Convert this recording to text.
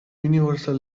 universal